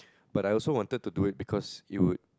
but I also wanted to do it because it would